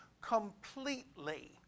completely